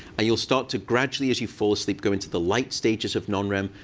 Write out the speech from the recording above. ah you'll start to gradually, as you fall asleep, go into the light stages of non-rem,